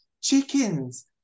chickens